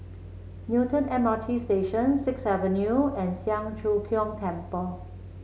Newton M R T Station Sixth Avenue and Siang Cho Keong Temple